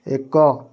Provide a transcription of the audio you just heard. ଏକ